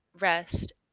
rest